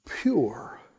pure